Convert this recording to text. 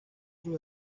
sus